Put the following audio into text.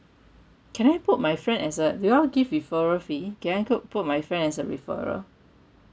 can I put my friend as a do you all give referral fee can I quote put my friend as a referral